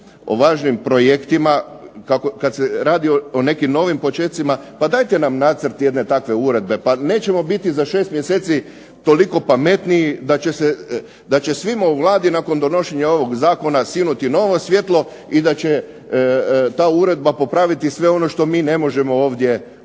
o važnim projektima, kad se radi o nekim novim počecima pa dajte nam nacrt jedne takve uredbe, pa nećemo biti za 6 mjeseci toliko pametniji da će svima u Vladi nakon donošenja ovog zakona sinuti novo svijetlo i da će ta uredba popraviti sve ono što mi ne možemo ovdje dokučiti.